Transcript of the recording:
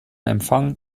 empfang